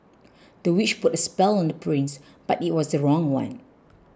the witch put a spell on the prince but it was the wrong one